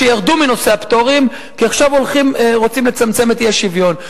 שירדו מנושא הפטורים כי עכשיו רוצים לצמצם את האי-שוויון.